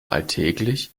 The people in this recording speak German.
alltäglich